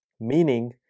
Meaning